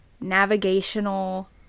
navigational